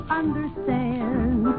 understand